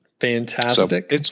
Fantastic